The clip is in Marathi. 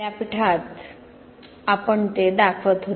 विद्यापीठात आपणते दाखवत होतो